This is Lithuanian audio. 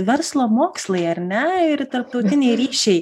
verslo mokslai ar ne ir tarptautiniai ryšiai